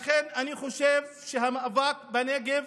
לכן אני חושב שהמאבק בנגב